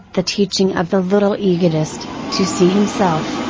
the teaching of the little egotist, to see himself,